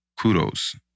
kudos